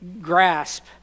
grasp